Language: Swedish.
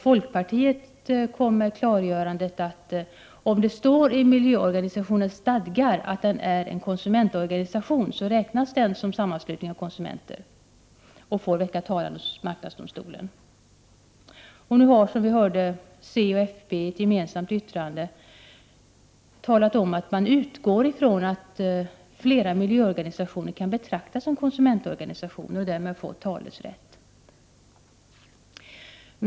Folkpartiet kom med klargörandet att om det står i miljöorganisationens stadgar att den är en konsumentorganisation, så räknas den som sammanslutning av konsumenter och får väcka talan hos marknadsdomstolen. Nu har, som vi hörde, centern och folkpartiet i ett gemensamt särskilt yttrande talat om att man utgår ifrån att flera miljöorganisationer kan betraktas som konsumentorganisationer och därmed få talerätt.